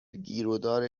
گیرودار